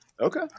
Okay